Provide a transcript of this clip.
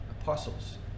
apostles